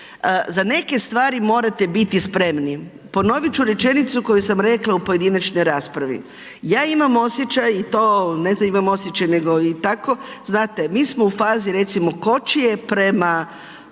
Za neke stvari morate biti spremni. Ponoviti ću rečenicu, koju sam rekla u pojedinačnoj raspravi. Ja imam osjećaj i to ne da imam osjećaj, nego i tako, znate, mi smo u fazi recimo kočije prema